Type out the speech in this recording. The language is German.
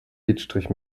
lidstrich